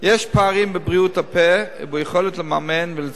יש פערים בבריאות הפה וביכולת לממן ולצרוך